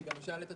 אני מבין שעם